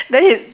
then you